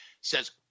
says